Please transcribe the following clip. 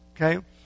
okay